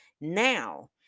Now